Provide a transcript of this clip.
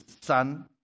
son